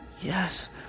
Yes